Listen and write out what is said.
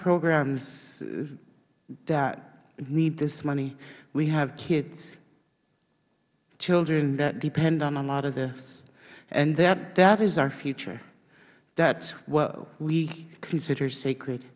programs that need this money we have kids children that depend on a lot of this and that is our future that's what we consider sacred